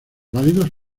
válidos